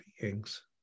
beings